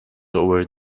over